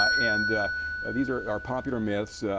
ah and these are are popular myth.